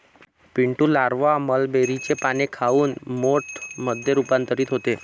Pintu larva मलबेरीचे पाने खाऊन मोथ मध्ये रूपांतरित होते